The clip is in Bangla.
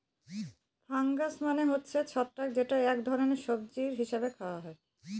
ফাঙ্গাস মানে হচ্ছে ছত্রাক যেটা এক ধরনের সবজি হিসেবে খাওয়া হয়